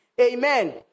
Amen